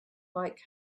like